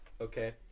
Okay